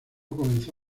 comenzó